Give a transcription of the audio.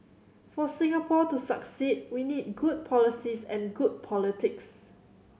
for Singapore to succeed we need good policies and good politics